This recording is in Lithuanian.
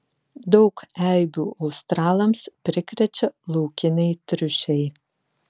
daug eibių australams prikrečia laukiniai triušiai